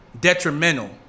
detrimental